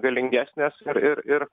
galingesnės ir ir ir